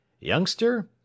Youngster